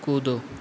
कूदो